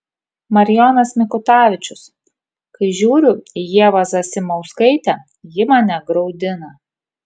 marijonas mikutavičius kai žiūriu į ievą zasimauskaitę ji mane graudina